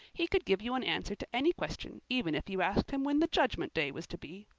he could give you an answer to any question, even if you asked him when the judgment day was to be.